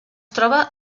troba